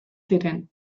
ziren